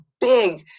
big